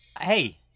hey